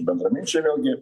bendraminčiai velgi